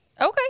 Okay